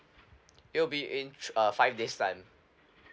it will be in uh five days time